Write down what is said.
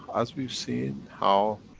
as we've seen how,